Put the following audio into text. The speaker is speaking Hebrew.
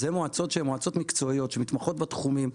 אלה מועצות שהן מועצות מקצועיות שמתמחות בתחומים,